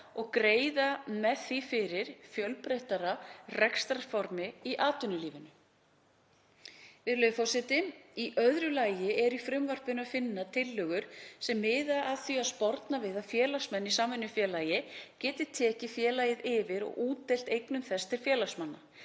og greiða með því fyrir fjölbreyttara rekstrarformi í atvinnulífinu. Í öðru lagi er í frumvarpinu að finna tillögur sem miða að því að sporna við að félagsmenn í samvinnufélagi geti tekið félagið yfir og útdeilt eignum þess til félagsmanna